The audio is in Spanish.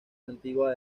antigua